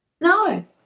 No